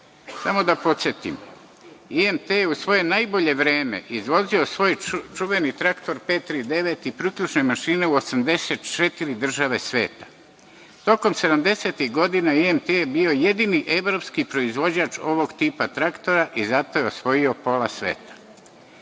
Samo da podsetim, IMT je u svoje najbolje vreme izvozi svoj čuveni traktor 539 i priključne mašine u 84 države sveta. Tokom sedamdesetih godina IMT je bio jedini evropski proizvođač ovog tipa traktora i zato je osvojio pola sveta.